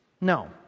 No